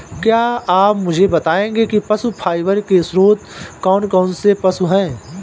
क्या आप मुझे बताएंगे कि पशु फाइबर के स्रोत कौन कौन से पशु हैं?